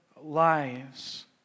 lives